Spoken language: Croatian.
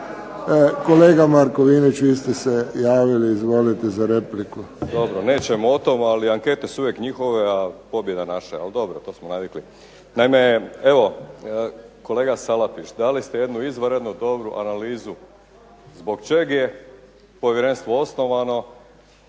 Kolega Markovinović vi ste se javili. Izvolite za repliku. **Markovinović, Krunoslav (HDZ)** Dobro, nećemo o tome, ali ankete su uvijek njihove, a pobjeda naša, ali dobro to smo navikli. Naime, evo kolega Salapić dali ste jednu izvanredno dobru analizu zbog čeg je povjerenstvo osnovano,